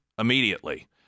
immediately